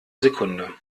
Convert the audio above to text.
sekunde